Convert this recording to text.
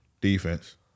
defense